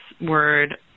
word